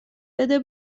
بده